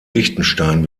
liechtenstein